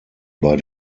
bei